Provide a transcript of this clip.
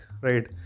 right